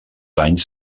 anys